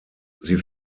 sie